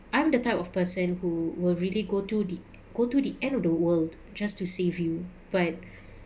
I'm the type of person who will really go to the go to the end of the world just to save you but